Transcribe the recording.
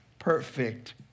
perfect